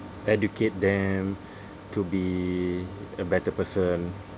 educate them to be a better person